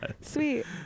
sweet